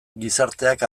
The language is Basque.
gizarteak